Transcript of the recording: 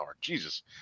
Jesus